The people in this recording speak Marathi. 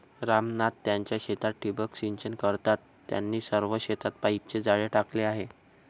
राम नाथ त्यांच्या शेतात ठिबक सिंचन करतात, त्यांनी सर्व शेतात पाईपचे जाळे टाकले आहे